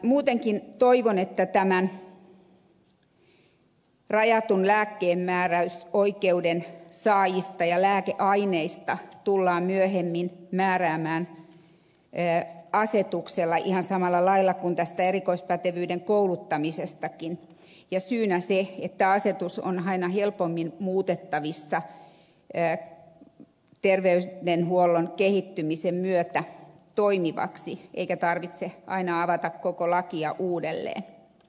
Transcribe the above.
muutenkin toivon että tämän rajatun lääkkeenmääräysoikeuden saajista ja lääkeaineista tullaan myöhemmin määräämään asetuksella ihan samalla lailla kuin tästä erikoispätevyyden kouluttamisestakin ja syynä se että asetus on aina helpommin muutettavissa terveydenhuollon kehittymisen myötä toimivaksi eikä tarvitse aina avata koko lakia uudelleen